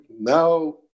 now